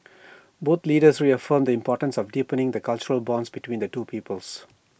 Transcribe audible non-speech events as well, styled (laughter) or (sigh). (noise) both leaders reaffirmed the importance of deepening the cultural bonds between the two peoples